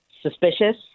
suspicious